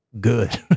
good